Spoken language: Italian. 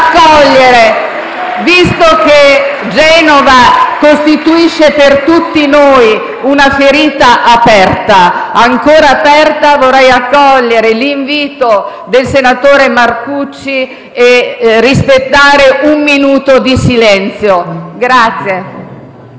finestra"). Visto che Genova costituisce per tutti noi una ferita ancora aperta, vorrei accogliere l'invito del senatore Marcucci a rispettare un minuto di silenzio in